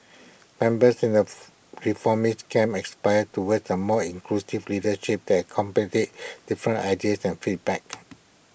members in the reformist camp aspire towards A more inclusive leadership that accommodates different ideas and feedback